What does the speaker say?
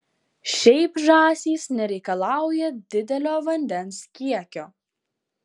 šiaip žąsys nereikalauja didelio vandens kiekio